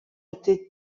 été